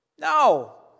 No